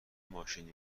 ماشینی